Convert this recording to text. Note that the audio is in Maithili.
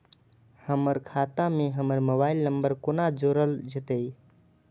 हमर खाता मे हमर मोबाइल नम्बर कोना जोरल जेतै?